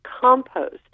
compost